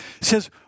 says